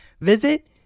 Visit